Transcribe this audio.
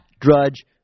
Drudge